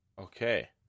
Okay